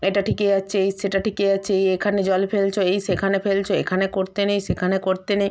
এটা ঠেকে যাচ্ছে এই সেটা ঠেকে যাচ্ছে এই এখানে জল ফেলছ এই সেখানে ফেলছ এখানে করতে নেই সেখানে করতে নেই